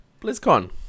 blizzcon